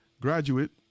graduate